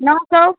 नौ सौ